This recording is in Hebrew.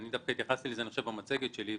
אני התייחסתי לזה במצגת שלי,